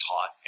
taught